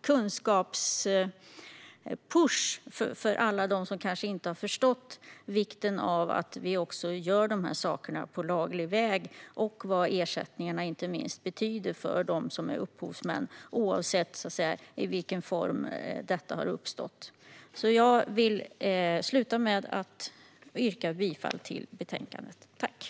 kunskapspush för alla dem som kanske inte har förstått vikten av att vi gör de här sakerna på laglig väg och vad ersättningarna betyder för dem som är upphovsmän, oavsett i vilken form ersättningarna har uppstått. Jag vill avsluta med att yrka bifall till utskottets förslag.